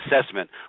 assessment